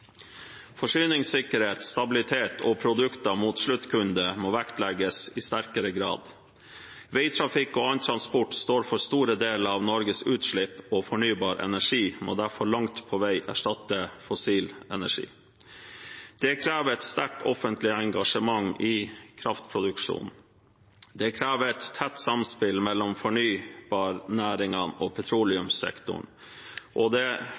Forsyningssikkerhet, stabilitet og produkter mot sluttkunde må vektlegges i sterkere grad. Veitrafikk og annen transport står for store deler av Norges utslipp, og fornybar energi må derfor langt på vei erstatte fossil energi. Det krever et sterkt offentlig engasjement i kraftproduksjonen. Det krever et tett samspill mellom fornybarnæringene og petroleumssektoren, og det